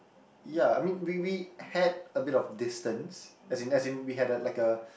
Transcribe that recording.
ya I mean we we had a bit of distance as in as in we had a like a